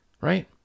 Right